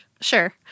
Sure